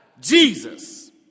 Jesus